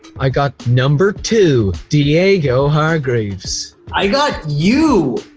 i got number two, diego hargreaves. i got you.